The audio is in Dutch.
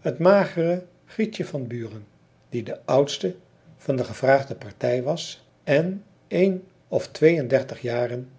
het magere grietje van buren die de oudste van de gevraagde partij was en een of tweeëndertig jaren